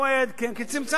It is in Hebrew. הוא עד, כן, כי צמצמנו.